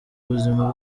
ubuzima